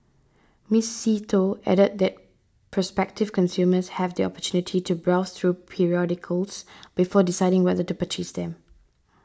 Miss See Tho added that prospective consumers have the opportunity to browse through periodicals before deciding whether to purchase them